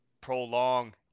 prolong